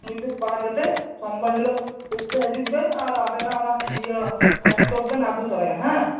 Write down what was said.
ᱢᱩᱪᱟᱹᱫ ᱵᱟᱲᱟ ᱠᱟᱛᱮ ᱥᱚᱢᱵᱟᱨ ᱦᱤᱞᱚᱜ ᱦᱟᱡᱩᱜ ᱵᱮᱱ ᱟᱨ ᱟᱵᱮᱱᱟᱜ ᱚᱱᱟ ᱤᱭᱚ ᱞᱮᱯᱴᱚᱯ ᱵᱮᱱ ᱟᱜᱩ ᱛᱚᱨᱟᱭᱟ ᱦᱮᱸ